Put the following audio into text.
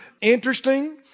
interesting